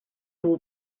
will